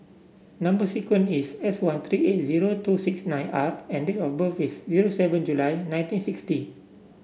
number sequence is S one three eight zero two six nine R and date of birth is zero seven July nineteen sixty